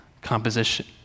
composition